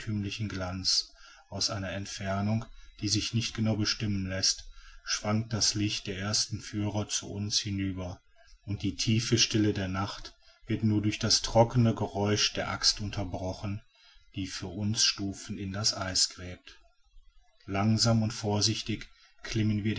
glanz aus einer entfernung die sich nicht genau bestimmen läßt schwankt das licht der ersten führer zu uns hinüber und die tiefe stille der nacht wird nur durch das trockene geräusch der axt unterbrochen die für uns stufen in das eis gräbt langsam und vorsichtig klimmen